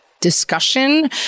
discussion